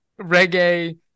reggae